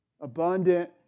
Abundant